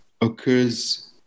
occurs